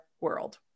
world